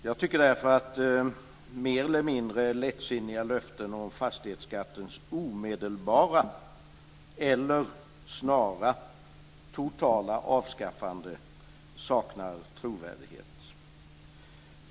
Jag tycker därför att mer eller mindre lättsinniga löften om fastighetsskattens omedelbara eller snara totala avskaffande saknar trovärdighet.